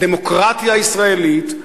הדמוקרטיה הישראלית,